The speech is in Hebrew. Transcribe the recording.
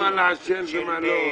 העיתונאים,